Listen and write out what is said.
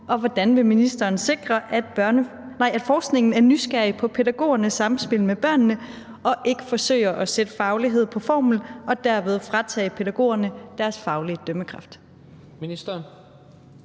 og hvordan vil ministeren sikre, at forskningen er nysgerrig på pædagogernes samspil med børnene og ikke forsøger at sætte faglighed på formel og derved fratage pædagogerne deres faglige dømmekraft? Kl.